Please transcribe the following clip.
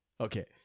Okay